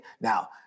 Now